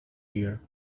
here